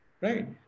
Right